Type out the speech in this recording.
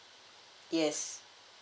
yes